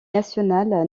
nationale